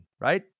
right